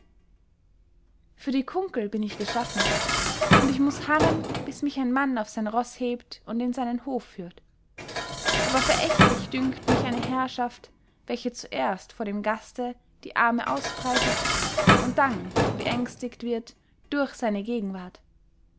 für die kunkel bin ich geschaffen und ich muß harren bis mich ein mann auf sein roß hebt und in seinen hof führt aber verächtlich dünkt mich eine herrschaft welche zuerst vor dem gaste die arme ausbreitet und dann beängstigt wird durch seine gegenwart